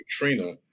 Katrina